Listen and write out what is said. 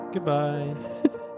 goodbye